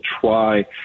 try